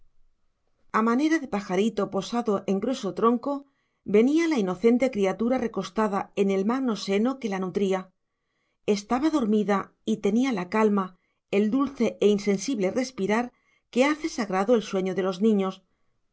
manera de pajarito posado en grueso tronco venía la inocente criatura recostada en el magno seno que la nutría estaba dormida y tenía la calma el dulce e insensible respirar que hace sagrado el sueño de los niños